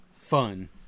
fun